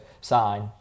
sign